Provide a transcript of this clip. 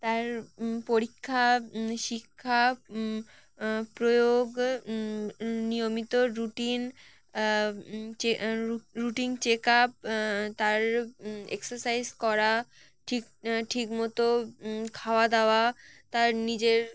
তার পরীক্ষা শিক্ষা প্রয়োগ নিয়মিত রুটিন রুটিন চেকআপ তার এক্সারসাইজ করা ঠিক ঠিকমতো খাওয়া দাওয়া তার নিজের